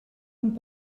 amb